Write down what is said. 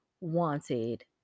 wanted